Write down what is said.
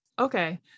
okay